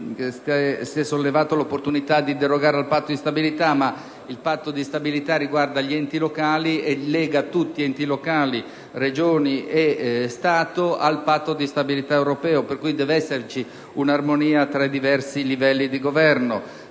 stata sollevata l'opportunità di derogare al Patto di stabilità interno, ma quest'ultimo riguarda gli enti locali e lega tutto - enti locali, Regioni e Stato - al Patto di stabilità europeo, per cui deve esserci armonia tra i diversi livelli di governo.